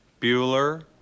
Bueller